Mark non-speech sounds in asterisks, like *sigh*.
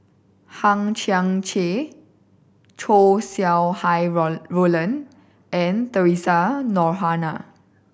Hang Chang Chieh Chow Sau Hai *unintelligible* Roland and Theresa Noronha